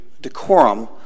decorum